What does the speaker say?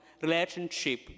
relationship